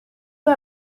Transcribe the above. peu